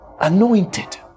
Anointed